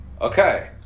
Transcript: Okay